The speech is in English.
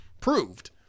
proved